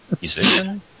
musician